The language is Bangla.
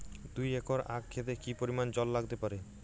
দুই একর আক ক্ষেতে কি পরিমান জল লাগতে পারে?